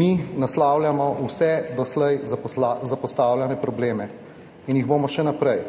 Mi naslavljamo vse doslej zapostavljene probleme in jih bomo še naprej,